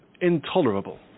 intolerable